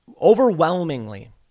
overwhelmingly